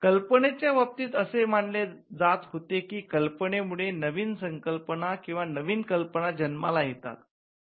कल्पनेच्या बाबतीत असे मानले जात होते की कल्पनेमुळे नवीन संकल्पना किंवा नवीन कल्पना जन्माला येतात